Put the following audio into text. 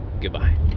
Goodbye